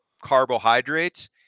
carbohydrates